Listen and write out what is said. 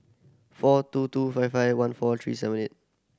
four two two five five one four three seven eight